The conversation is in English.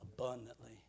Abundantly